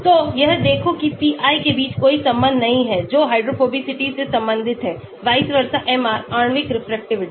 तो यह देखो कि pi के बीच कोई संबंध नहीं है जो हाइड्रोफोबिसिटी से संबंधित है vis a vis MR आणविक रेफ्रेक्टिविटी